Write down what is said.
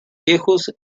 viejos